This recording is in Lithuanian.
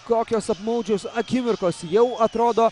kokios apmaudžios akimirkos jau atrodo